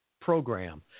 Program